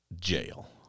jail